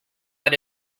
but